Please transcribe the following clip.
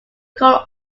call